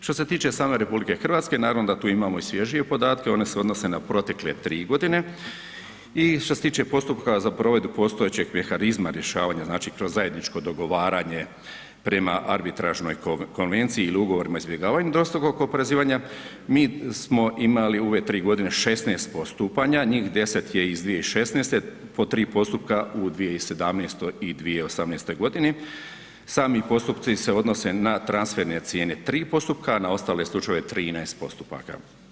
Što se tiče same RH, naravno da tu imamo i svježije podatke, one se odnose na protekle 3.g. i što se tiče postupka za provedbu postojećeg mehanizma rješavanja, znači, kroz zajedničko dogovaranje prema arbitražnoj konvenciji ili ugovorima o izbjegavanju dvostrukog oporezivanja, mi smo imali u ove 3.g. 16 postupanja, njih 10 je iz 2016., po 3 postupka u 2017. i 2018.g., sami postupci se odnose na transferne cijene 3 postupka, a na ostale slučajeve 13 postupaka.